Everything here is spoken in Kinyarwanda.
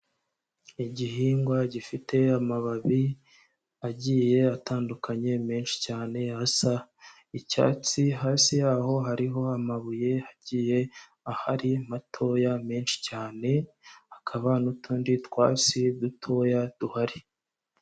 Igihingwa gifite amababi agiye atandukanye menshi cyane asa icyatsi, hasi yaho hariho amabuye agiye ahari matoya menshi cyane, hakaba n'utundi twatsi dutoya duhari.